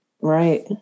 Right